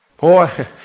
Boy